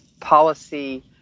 policy